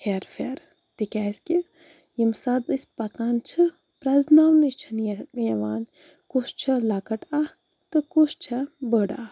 ہیرٕ فیر تِکیٛاز کہِ ییٚمہِ ساتہٕ أسۍ پَکان چھِ پرٛزناونَے چھَنہٕ یِوان کُس چھِ لَکٕٹۍ اکھ تہٕ کُس چھِ بٔڑ اکھ